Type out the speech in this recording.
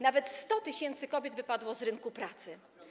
Nawet 100 tys. kobiet wypadło z rynku pracy.